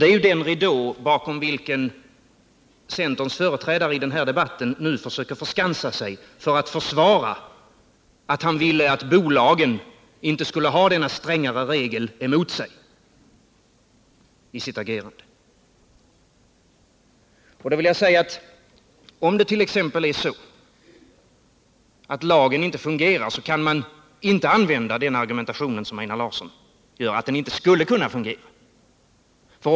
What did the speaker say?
Det är den ridå bakom vilken centerns företrädare i den här debatten nu försöker förskansa sig för att försvara att han inte vill att bolagen skall ha denna strängare regel mot sig i sitt agerande. Om det är så att lagen inte fungerar kan man inte argumentera som Einar Larsson och säga att den inte skulle kunna fungera.